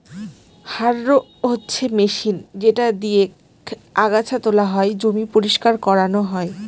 harrow হচ্ছে machine যেটা দিয়েক আগাছা তোলা হয়, জমি পরিষ্কার করানো হয়